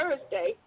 Thursday